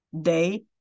day